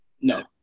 no